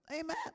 Amen